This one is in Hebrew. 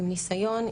עם ניסיון,